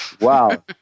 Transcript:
Wow